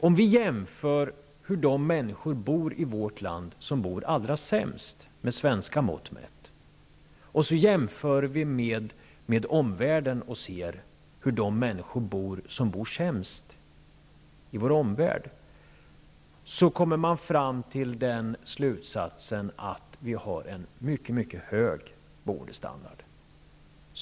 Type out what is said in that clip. Om vi ser till de människor som i vårt land bor allra sämst -- med svenska mått mätt -- och jämför med de människor i vår omvärld som bor sämst, kommer vi fram till den slutsatsen att vi har en mycket hög boendestandard.